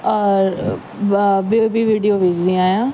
ॿ ॿियों बि वीडियो विझंदी आहियां